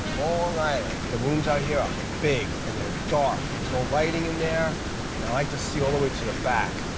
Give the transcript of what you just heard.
island. the rooms out here are big and they're dark. there's no lighting in there. and i like to see all the way to the back.